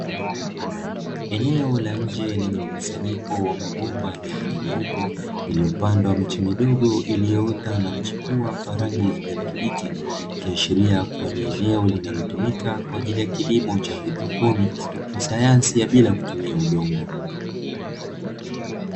Eneo la nje, lenye mkusanyiko wa mabomba yenye rangi nyeupe, yaliyopandwa miti midogo iliyoota na kuchipua kwa rangi ya kijani kibichi, ikiashiria kuwa ni eneo linalotumika kwa ajili ya kilimo cha haidroponi kwa sayansi ya bila kutumia udongo.